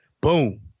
Boom